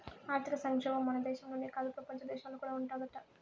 ఆర్థిక సంక్షోబం మన దేశంలోనే కాదు, పెపంచ దేశాల్లో కూడా ఉండాదట